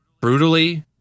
brutally